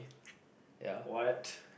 ya